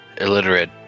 illiterate